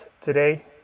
today